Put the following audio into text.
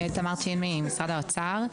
אני ממשרד האוצר.